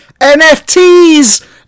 NFTs